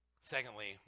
Secondly